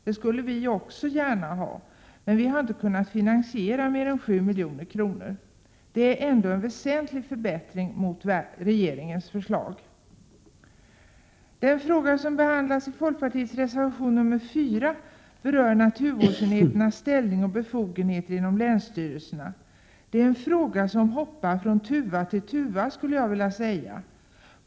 Det skulle vi också gärna ha, men vi har inte kunnat finansiera mer än 7 milj.kr. Det är ändå en väsentlig förbättring jämfört med regeringens förslag. Den fråga som behandlas i folkpartiets reservation 4 berör naturvårdsenheternas ställning och befogenheter inom länsstyrelserna. Det är en fråga som hoppar från tuva till tuva, skulle jag vilja säga.